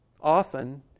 often